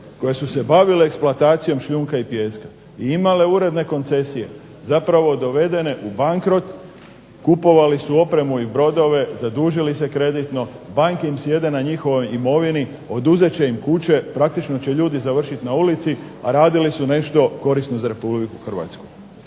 koje su se bavile eksploatacijom šljunka i pijeska i imale uredne koncesije zapravo dovedene u bankrot. Kupovali su opremu i brodove, zadužili su kreditno, banke im sjede na njihovoj imovini, oduzet će im kuće, praktično će ljudi završit na ulici, a radili su nešto korisno za Republiku Hrvatsku.